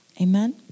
Amen